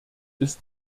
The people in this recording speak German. ist